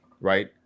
right